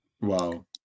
Wow